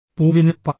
പൂവിനൊപ്പം